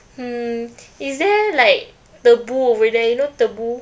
hmm is there like tebu over there you know tebu